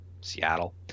seattle